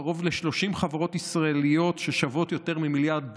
קרוב ל-30 חברות ישראליות ששוות יותר ממיליארד דולר,